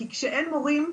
כי כשאין מורים,